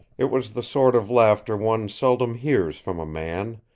it was the sort of laughter one seldom hears from a man,